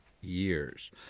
years